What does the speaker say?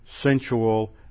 sensual